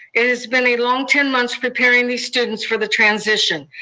it has been a long ten months preparing these students for the transition.